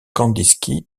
kandinsky